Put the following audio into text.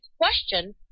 question